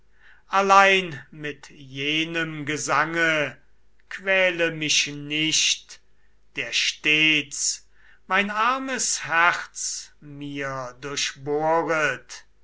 allein mit jenem gesange quäle mich nicht der stets mein armes herz mir